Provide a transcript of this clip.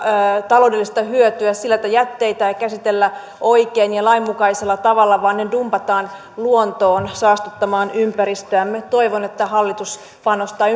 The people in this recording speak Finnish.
taloudellista hyötyä sillä että jätteitä ei käsitellä oikein ja lainmukaisella tavalla vaan ne dumpataan luontoon saastuttamaan ympäristöämme toivon että hallitus panostaa